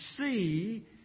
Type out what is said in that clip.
see